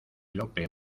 lope